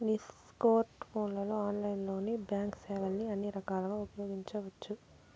నీ స్కోర్ట్ ఫోన్లలో ఆన్లైన్లోనే బాంక్ సేవల్ని అన్ని రకాలుగా ఉపయోగించవచ్చు